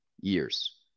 years